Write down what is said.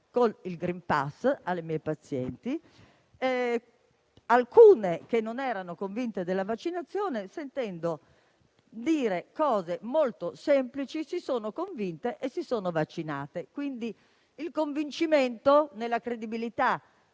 con il *green pass* alle mie pazienti) alcune pazienti che non erano convinte della vaccinazione, sentendo dire cose molto semplici, si sono convinte e si sono vaccinate. Quindi grazie alla credibilità